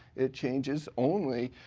it changes only